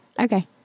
Okay